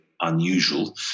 unusual